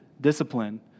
discipline